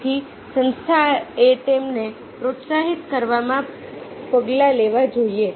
તેથી સંસ્થાએ તેમને પ્રોત્સાહિત કરવા પગલાં લેવા જોઈએ